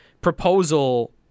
proposal